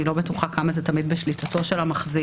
אני לא בטוחה כמה זה בשליטתו של המחזיק.